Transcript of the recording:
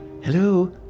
Hello